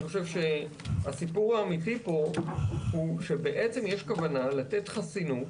אני חושב שהסיפור האמיתי פה הוא שיש כוונה לתת חסינות